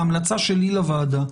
ההמלצה שלי לוועדה,